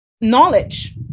knowledge